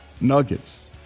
nuggets